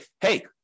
hey